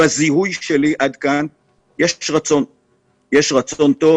אני מזהה שיש רצון טוב.